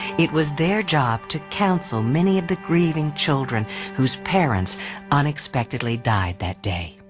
it was their job to counsel many of the grieving children whose parents unexpectedly died that day.